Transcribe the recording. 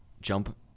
jump